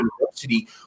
university